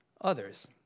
others